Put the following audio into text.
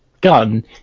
gun